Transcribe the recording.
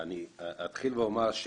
בארץ